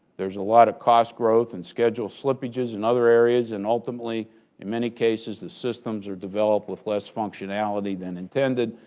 there's a lot of cost growth and schedule slippages in other areas, and ultimately in many cases, the systems are developed with less functionality than intended.